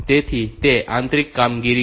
તેથી તે આંતરિક કામગીરી છે